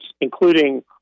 including